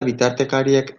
bitartekariek